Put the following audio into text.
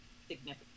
significant